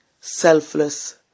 Selfless